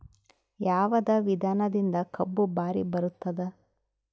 ಯಾವದ ವಿಧಾನದಿಂದ ಕಬ್ಬು ಭಾರಿ ಬರತ್ತಾದ?